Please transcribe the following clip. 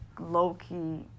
low-key